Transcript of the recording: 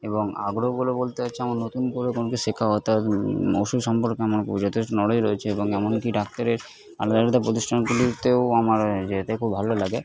এবং আগ্রহগুলো বলতে হচ্ছে আমার নতুন করে কোনো কিছু শিক্ষকতা ওষুধ সম্পর্কে আমার যথেষ্ট নলেজ রয়েছে এবং এমন কি ডাক্তারে আলাদা আলাদা প্রতিষ্ঠানগুলিতেও আমার যেতে খুব ভালো লাগে